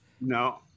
No